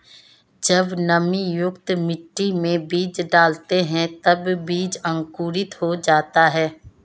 जब नमीयुक्त मिट्टी में बीज डालते हैं तब बीज अंकुरित हो जाता है